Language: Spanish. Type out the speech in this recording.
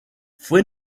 fue